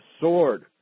sword